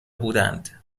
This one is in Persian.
بودند